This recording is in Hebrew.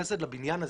חסד לבניין הזה,